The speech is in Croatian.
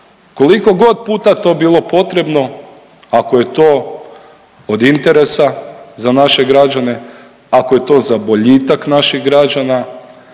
kolikogod puta to bilo potrebno ako je to od interesa za naše građane, ako je to za boljitak naših građana,